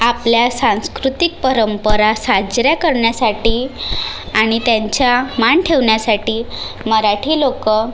आपल्या सांस्कृतिक परंपरा साजऱ्या करण्यासाठी आणि त्यांचा मान ठेवण्यासाठी मराठी लोकं